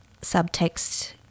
subtext